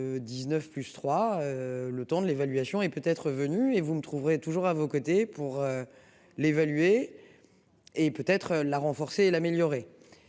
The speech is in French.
19 plus 3, le temps de l'évaluation et peut être venu, et vous me trouverez toujours à vos côtés pour. L'évaluer. Et peut être la renforcer l'améliorer.